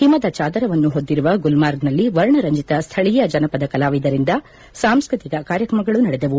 ಹಿಮದ ಚಾದರವನ್ನು ಹೊದ್ದಿರುವ ಗುಲ್ನಾರ್ಗ್ನಲ್ಲಿ ವರ್ಣರಂಜಿತ ಸ್ಥಳೀಯ ಜನಪದ ಕಲಾವಿದರಿಂದ ಸಾಂಸ್ತಿಕ ಕಾರ್ಯಕ್ರಮಗಳು ನಡೆದವು